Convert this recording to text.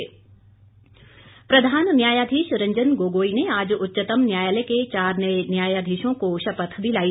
शपथ प्रधान न्यायाधीश रंजन गोगोई ने आज उच्चतम न्यायालय के चार नये न्यायाधीशों को शपथ दिलाई